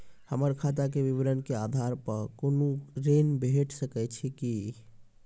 हमर खाता के विवरण के आधार प कुनू ऋण भेट सकै छै की?